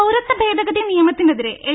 പൌരത്വ ഭേദഗതി നിയമത്തിനെതിരെ എൽ